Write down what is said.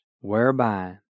whereby